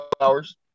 hours